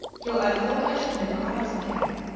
till i thought i should never rise again.